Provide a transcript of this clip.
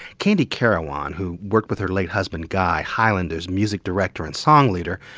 candie carawan, who worked with her late husband guy, highlander's music director and song leader,